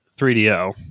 3DO